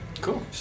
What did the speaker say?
Cool